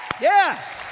Yes